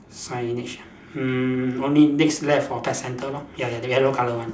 signage ah mm only next left or pet centre lor ya ya the yellow colour one